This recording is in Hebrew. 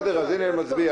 בסדר, אני מצביע.